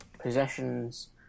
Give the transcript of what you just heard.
possessions